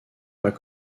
pas